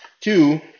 Two